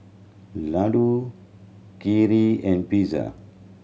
Ladoo Kheer and Pizza